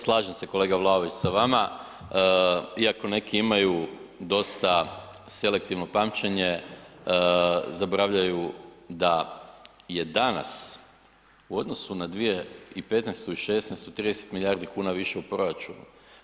Slažem se, kolega Vlaović sa vama iako neki imaju dosta selektivno pamćenje, zaboravljaju da je danas u odnosu na 2015. i 16. 30 milijardi kuna više u proračunu.